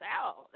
out